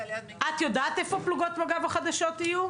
יו"ר ועדת ביטחון פנים: את יודעת איפה פלוגות מג"ב החדשות יהיו?